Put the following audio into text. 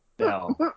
No